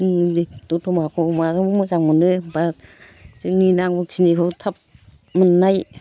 द'तमाखौ मानो मोजां मोनो होनबा जोंनि नांगौखिनिखौ थाब मोननाय